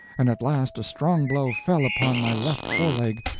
and at last a strong blow fell upon my left foreleg,